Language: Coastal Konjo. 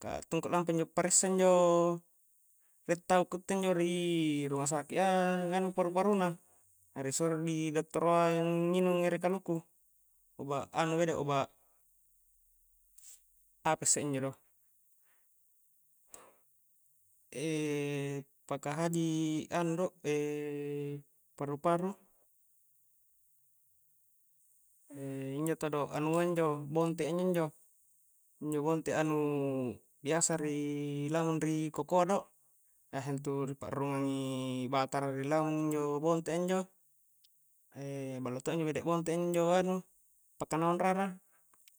ka attungku lampa injo paressa injo rie tau ku utte njo ri ruma sakik a nganu paru-paru na, na ri suro ri dottoroa nginung ere kaluku obat anu bede obat apasse injo do e paka haji anu do paru-paru njo todo anua njo bonte'a injo-njo, injo bonte'a nu biasa ri lamung ri kokoa do, biasa intu ri pa'rurungang i batara ri lamung injo bonte'a injo ballo to injo bede bonte'a injo anu paka naung rara